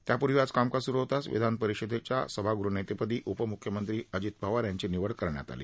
त्यापूर्वी आज कामकाज सुरू होताच विधानपरिषदेच्या सभागृहनेतेपदी उपम्ख्यमंत्री अजित पवार यांची निवड करण्यात आली